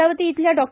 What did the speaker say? अमरावती इथल्या डॉ